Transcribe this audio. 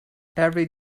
every